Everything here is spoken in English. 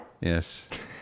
Yes